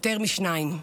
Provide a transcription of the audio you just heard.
יותר משניים.